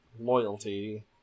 loyalty